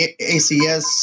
ACS